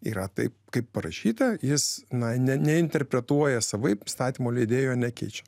yra taip kaip parašyta jis na ne ne interpretuoja savaip įstatymo leidėjo nekeičia